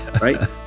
right